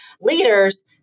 leaders